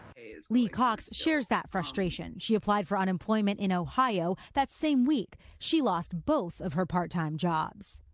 lee cox shares that frustration. she applied for unemployment in ohio that same week. she lost both of her part time jobs.